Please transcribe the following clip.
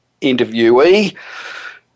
interviewee